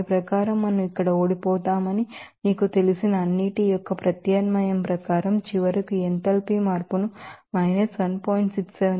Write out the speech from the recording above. దాని ప్రకారం మనం ఇక్కడ ఓడిపోతామని మీకు తెలిసిన అన్నింటి యొక్క ప్రత్యామ్నాయం ప్రకారం చివరకు ఈ ఎంథాల్పీ మార్పులను minus 1